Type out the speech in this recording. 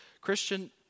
Christian